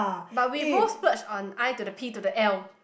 but we both splurge on I to the P to the L